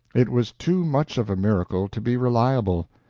it was too much of a miracle to be reliable.